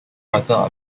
brother